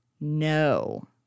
no